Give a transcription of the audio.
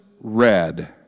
red